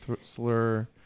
slur